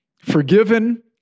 Forgiven